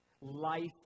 life